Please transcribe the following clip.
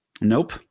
Nope